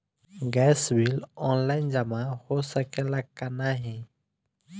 Gas bill online जमा हो सकेला का नाहीं?